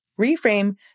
reframe